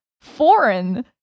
foreign